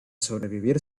sobrevivir